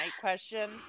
Question